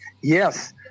Yes